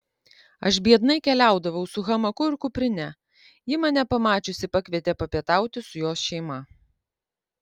aš biednai keliaudavau su hamaku ir kuprine ji mane pamačiusi pakvietė papietauti su jos šeima